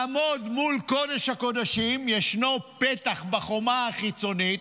לעמוד מול קודש-הקודשים, יש פתח בחומה החיצונית,